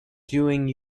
doing